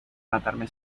matarme